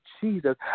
Jesus